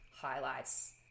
highlights